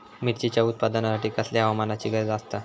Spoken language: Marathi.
मिरचीच्या उत्पादनासाठी कसल्या हवामानाची गरज आसता?